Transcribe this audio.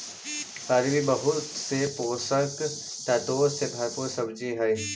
अरबी बहुत से पोषक तत्वों से भरपूर सब्जी हई